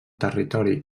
territori